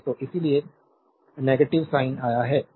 तो इसीलिए negative sign आया है